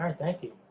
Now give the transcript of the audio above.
um thank you,